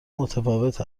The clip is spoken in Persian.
متفاوت